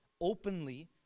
openly